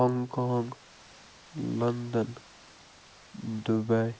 hang kong London Dubai